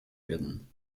werden